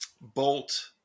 Bolt